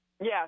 Yes